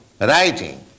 writing